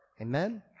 Amen